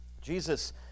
Jesus